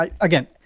Again